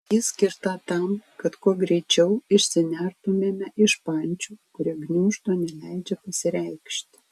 ji skirta tam kad kuo greičiau išsinertumėme iš pančių kurie gniuždo neleidžia pasireikšti